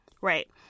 right